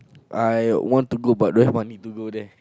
I want to go but don't have money to go there